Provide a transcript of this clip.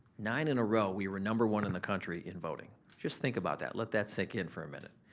nine in a row, we were number one in the country in voting. just think about that. let that sink in for a minute.